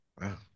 Wow